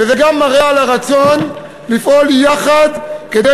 וזה גם מראה על הרצון לפעול יחד כדי